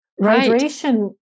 Hydration